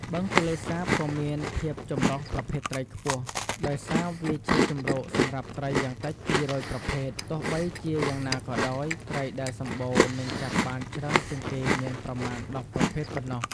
បឹងទន្លេសាបក៏មានភាពចម្រុះប្រភេទត្រីខ្ពស់ ដោយសារវាជាជម្រកសម្រាប់ត្រីយ៉ាងតិច ២០០ ប្រភេទ ទោះបីជាយ៉ាងណាក៏ដោយ ត្រីដែលសម្បូរ និងចាប់បានច្រើនជាងគេមានប្រមាណ ១០ ប្រភេទប៉ុណ្ណោះ។